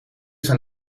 zijn